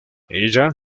ella